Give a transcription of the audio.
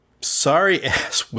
sorry-ass